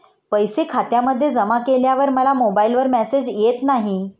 पैसे खात्यामध्ये जमा केल्यावर मला मोबाइलवर मेसेज येत नाही?